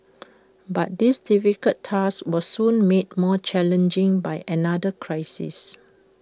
but this difficult task was soon made more challenging by another crisis